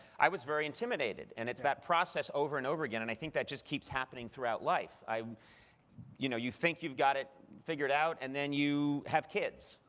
i was very intimidated. and it's that process over and over again, and i think that just keeps happening throughout life. you know you think you've got it figured out, and then you have kids,